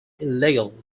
illegal